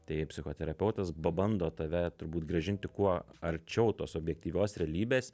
tai psichoterapeutas ba bando tave turbūt grąžinti kuo arčiau tos objektyvios realybės